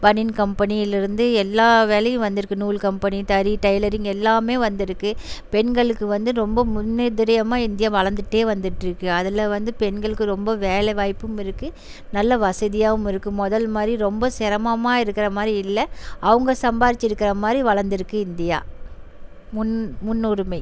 பனியன் கம்பனியில் இருந்து எல்லா வேலையும் வந்திருக்கு நூல் கம்பனி தறி டைலரிங் எல்லாமே வந்திருக்கு பெண்களுக்கு வந்து ரொம்ப முன்னேதிரியமாக இந்தியா வளர்ந்துட்டே வந்துகிட்ருக்கு அதில் வந்து பெண்களுக்கு ரொம்ப வேலைவாய்ப்பும் இருக்குது நல்ல வசதியாகவும் இருக்குது முதல்ல மாதிரி ரொம்ப சிரமமா இருக்கிற மாதிரி இல்லை அவங்க சம்பாரிச்சு இருக்கிற மாதிரி வளர்ந்திருக்கு இந்தியா முன் முன்னுரிமை